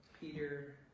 Peter